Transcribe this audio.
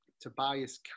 Tobias